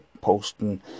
posting